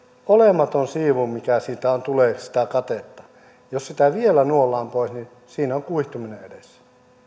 olematonta siivua mikä siitä tulee sitä katetta vielä nuollaan pois niin siinä on kuihtuminen edessä